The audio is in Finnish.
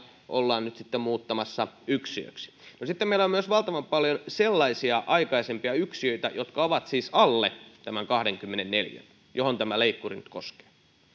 ollaan nyt sitten muuttamassa yksiöiksi sitten meillä on myös valtavan paljon sellaisia aikaisempia yksiöitä jotka ovat siis alle tämän kahdenkymmenen neliön jota tämä leikkuri nyt koskee